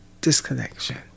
disconnection